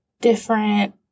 different